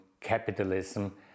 capitalism